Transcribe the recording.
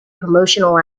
promotional